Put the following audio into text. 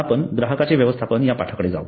आपण ग्राहकाचे व्यवस्थापन या पाठाकडे जाऊ